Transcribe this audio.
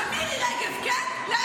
למירי רגב כן, לאחמד טיבי לא.